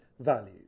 values